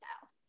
house